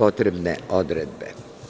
potrebne odredbe.